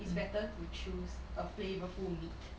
it's better to choose a flavourful meat